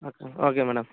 okay okay madam